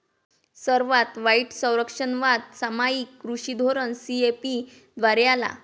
सर्वात वाईट संरक्षणवाद सामायिक कृषी धोरण सी.ए.पी द्वारे आला